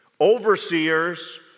overseers